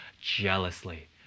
jealously